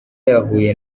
yahuye